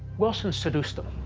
wilson seduced them.